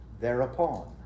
thereupon